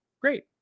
Great